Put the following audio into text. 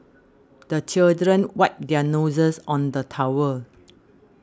the children wipe their noses on the towel